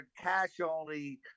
cash-only